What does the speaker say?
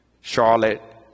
Charlotte